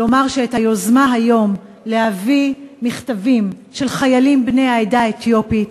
לומר שאת היוזמה להביא היום מכתבים של חיילים בני העדה האתיופית